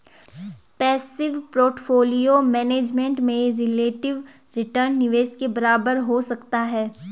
passive portfolio management में relative return निवेश के बराबर हो सकता है